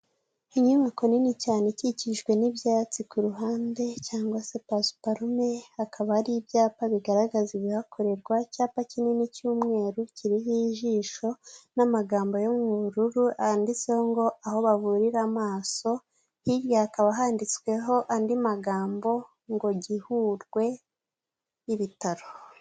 Inyubako nini cyane ikikijwe n'ibyatsi ku ruhande cyangwa se pasuparume, hakaba hari ibyapa bigaragaza ibihakorerwa, icyapa kinini cy'umweru kiriho ijisho n'amagambo y'ubururu yanditseho ngo aho bavurira amaso, hirya hakaba handitsweho andi magambo ngo Gihurwe ibitaro.